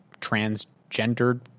transgendered